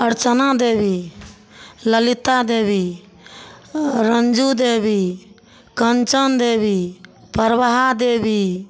Archana Devi Lalita Debi Ranju Devi Kanchan Devi Prabha Devi